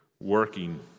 working